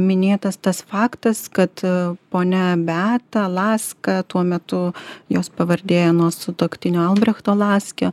minėtas tas faktas kad ponia beata laska tuo metu jos pavardė nuo sutuoktinio albrechto laskio